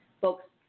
Folks